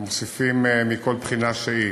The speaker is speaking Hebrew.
הם מוסיפים מכל בחינה שהיא.